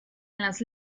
las